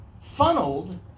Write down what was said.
funneled